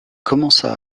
commença